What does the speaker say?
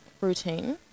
routine